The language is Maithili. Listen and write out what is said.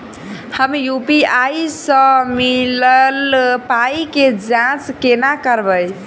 हम यु.पी.आई सअ मिलल पाई केँ जाँच केना करबै?